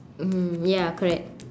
mm ya correct